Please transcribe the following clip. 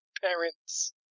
parents